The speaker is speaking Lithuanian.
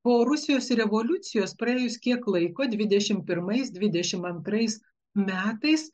po rusijos revoliucijos praėjus kiek laiko dvidešimt pirmais dvidešimt antrais metais